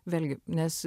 vėlgi nes